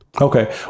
Okay